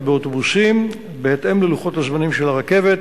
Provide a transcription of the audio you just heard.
באוטובוסים בהתאם ללוחות הזמנים של הרכבת,